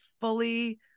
fully